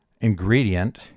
ingredient